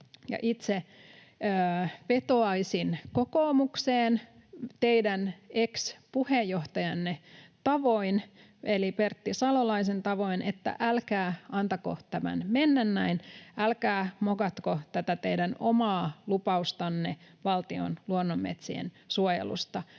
Itse vetoaisin kokoomukseen teidän ex-puheenjohtajanne tavoin eli Pertti Salolaisen tavoin, että älkää antako tämän mennä näin, älkää mokatko tätä teidän omaa lupaustanne valtion luonnonmetsien suojelusta.